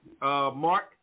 Mark